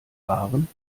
waren